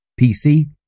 PC